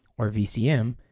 or vcm,